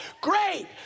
Great